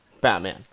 Batman